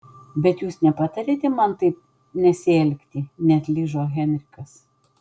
bet jūs nepatariate man taip nesielgti neatlyžo henrikas